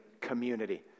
community